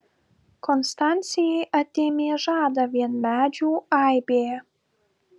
konstancijai atėmė žadą vien medžių aibė